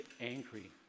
angry